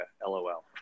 LOL